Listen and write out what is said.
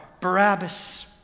Barabbas